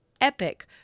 epic